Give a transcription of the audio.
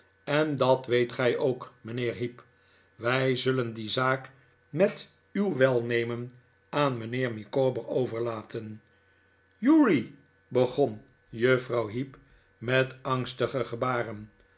en dat weet gij ook mijnheer heep wij zullen die zaak met uw welnemen aan mijnheer micawber over laten uri begon juffrouw heep met angstige gebaren